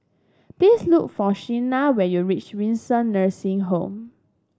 please look for Signa when you reach Windsor Nursing Home